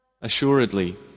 Assuredly